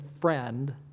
friend